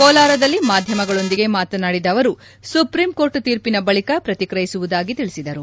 ಕೋಲಾರದಲ್ಲಿ ಮಾಧ್ಯಮಗಳೊಂದಿಗೆ ಮಾತನಾಡಿದ ಅವರು ಸುಪ್ರೀಂಕೋರ್ಟ್ ತೀರ್ಪಿನ ಬಳಿಕ ಪ್ರತಿಕ್ರಿಯಿಸುವುದಾಗಿ ತಿಳಿಸಿದ್ದಾರೆ